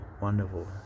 wonderful